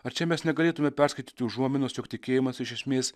ar čia mes negalėtume perskaityti užuominos jog tikėjimas iš esmės